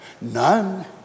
None